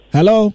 Hello